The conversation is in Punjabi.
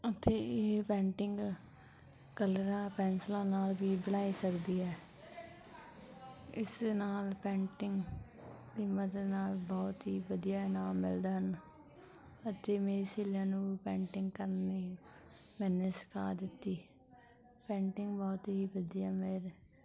ਅਤੇ ਇਹ ਪੈਂਟਿੰਗ ਕਲਰਾਂ ਪੈਨਸਲਾਂ ਨਾਲ ਵੀ ਬਣਾਈ ਸਕਦੀ ਹੈ ਇਸ ਦੇ ਨਾਲ ਪੈਂਟਿੰਗ ਦੀ ਮਦਦ ਨਾਲ ਬਹੁਤ ਹੀ ਵਧੀਆ ਇਨਾਮ ਮਿਲਦੇ ਹਨ ਅਤੇ ਮੇਰੀ ਸਹੇਲੀਆਂ ਨੂੰ ਪੈਂਟਿੰਗ ਕਰਨੀ ਮੈਂ ਸਿਖਾ ਦਿਤੀ ਪੈਂਟਿੰਗ ਬਹੁਤ ਹੀ ਵਧੀਆ ਮੇਰੇ